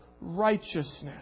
Righteousness